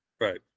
Right